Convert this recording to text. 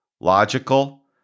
logical